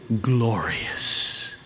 glorious